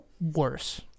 worse